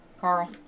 Carl